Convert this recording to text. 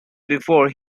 before